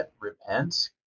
repent